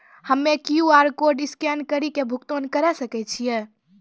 हम्मय QR code scan कड़ी के भुगतान करें सकय छियै?